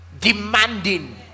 demanding